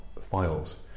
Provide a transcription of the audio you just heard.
files